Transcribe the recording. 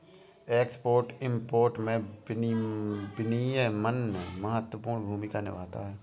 export import में विनियमन महत्वपूर्ण भूमिका निभाता है